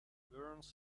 burns